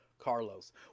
Carlos